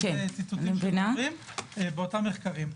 אלה ציטוטים של ההורים באותם מחקרים.